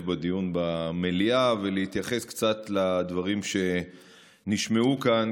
בדיון במליאה ולהתייחס קצת לדברים שנשמעו כאן,